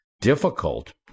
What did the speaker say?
difficult